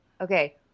Okay